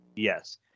Yes